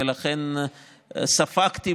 ולכן ספגתי,